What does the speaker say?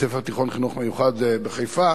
בית-ספר תיכון לחינוך מיוחד בחיפה,